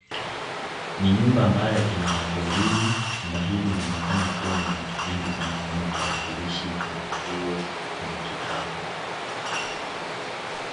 Ni nyumba ambayo ina watu wawili. Nyumba hili linaonekana kuwa na vitu vingi kama tarakilishi, kuna nguo, kuna kikapu.